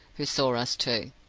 who saw us too.